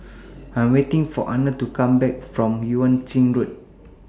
I'm waiting For Arnold to Come Back from Yuan Ching Road